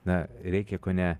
na reikia kone